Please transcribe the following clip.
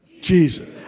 Jesus